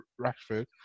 Rashford